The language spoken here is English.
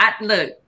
Look